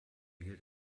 gilt